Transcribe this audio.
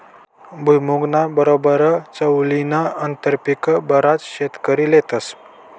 भुईमुंगना बरोबर चवळीनं आंतरपीक बराच शेतकरी लेतस